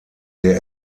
der